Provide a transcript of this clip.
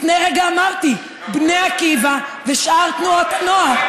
לפני רגע אמרתי: בני עקיבא ושאר תנועות הנוער.